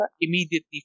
immediately